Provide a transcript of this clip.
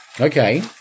Okay